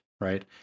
right